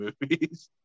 movies